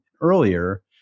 earlier